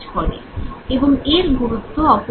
এবং এর গুরুত্ব অপরিসীম